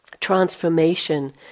Transformation